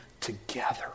together